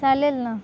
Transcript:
चालेल ना